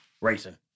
racing